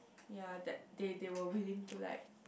ya that they they were willing to like